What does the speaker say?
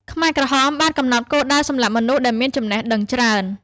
ខ្មែរក្រហមបានកំណត់គោលដៅសម្លាប់មនុស្សដែលមានចំណេះដឹងច្រើន។